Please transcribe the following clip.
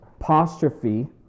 Apostrophe